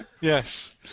Yes